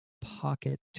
pocket